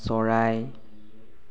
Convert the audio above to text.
চৰাই